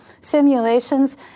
simulations